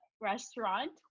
restaurant